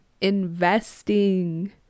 investing